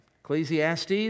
Ecclesiastes